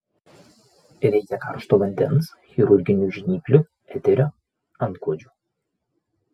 reikia karšto vandens chirurginių žnyplių eterio antklodžių